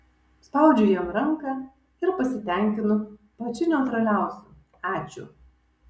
spaudžiu jam ranką ir pasitenkinu pačiu neutraliausiu ačiū